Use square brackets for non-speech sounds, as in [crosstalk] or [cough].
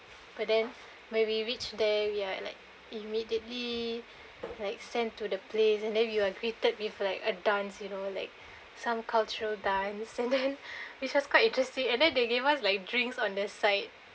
but then when we reached there ya and like immediately like sent to the place and then you are greeted with like a dance you know like some cultural dance and then [laughs] which was quite interesting and then they gave us like drinks on the side